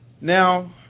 now